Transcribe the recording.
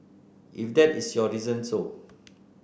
if that is your reason so